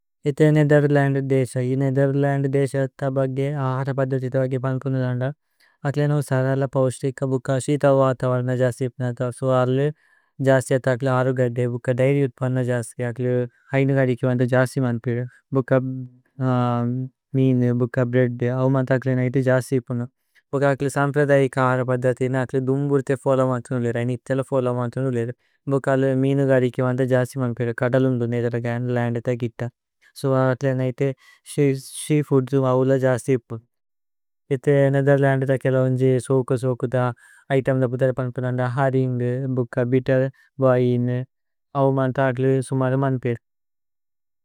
ഏഥേ നേഥേര്ലന്ദ് ദേസ ഇ നേഥേര്ലന്ദ് ദേസ തബഗ്ഗേ। അഹരപദ്ദതി തബഗ്ഗേ പന്പുനനന്ദ അക്ലേനൌ സരല। പൌസ്തിക ബുക്ക ശീതവത വര്ന ജസിപ്നത സുഅര്ല। ജസിയത അക്ല അരു ഗദേ ഭുക്ക ദൈരി ഉത്പന്ന ജസിയത। അക്ല ഹൈന ഗരി കേവനത ജസിമന്ത് പേദ ഭുക്ക മീനു। ബുക്ക ബ്രേദ്ദു ഔമത അക്ലേനൌ ഇതി। ജസിപ്നനൌ ഭുക്ക അക്ല സമ്പ്രദയിക അഹരപദ്ദതി। അക്ല ദുമ്ബുര്തേ ഫോലമന്തുനുലേര ഭുക്ക അലു മീനു ഗരി। കേവനത ജസിമന്ത് പേദ കദലുന്ദു നേഥേര്ലന്ദേത। ഗിത സോ അക്ലേനൌ ഇതി ശീഫൂദ്സുമ് ഔല। ജസിപ്നനൌ ഏഥേ നേഥേര്ലന്ദേത കേലൌ അന്ജേ സോകു। സോകു ത ഇതേമ്ദ ബുദ്ദര പന്പുനനന്ദ ഹരിന്ഗു ബുക്ക ബിത്തേര് ബോഇനു ഔമന്ത അക്ലു സുമദമന്ത് പേദ।